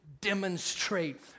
demonstrate